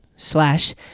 slash